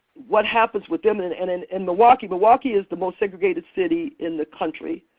what happens with them, in and and in milwaukee, milwaukee is the most segregated city in the country.